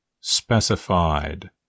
specified